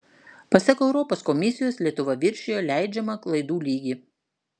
pasak europos komisijos lietuva viršijo leidžiamą klaidų lygį